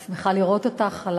אני שמחה לראות אותך על